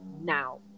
now